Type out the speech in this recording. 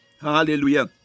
hallelujah